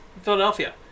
Philadelphia